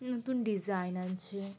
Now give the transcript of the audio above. নতুন ডিজাইন আছে